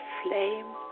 flame